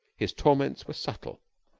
his torments were subtle.